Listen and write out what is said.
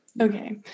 Okay